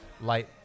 light